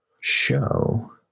show